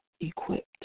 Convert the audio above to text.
equipped